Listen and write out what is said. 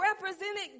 represented